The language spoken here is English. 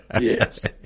yes